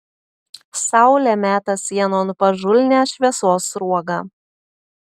saulė meta sienon pažulnią šviesos sruogą